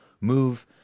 move